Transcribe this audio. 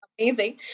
Amazing